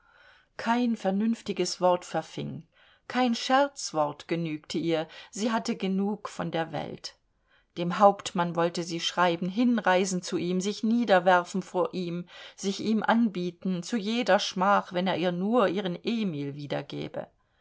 kein vernünftiges wort verfing kein scherzwort genügte ihr sie hatte genug von der welt dem hauptmann wollte sie schreiben hinreisen zu ihm sich niederwerfen vor ihm sich ihm anbieten zu jeder schmach wenn er ihr nur ihren emil wiedergebe